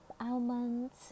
almonds